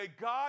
God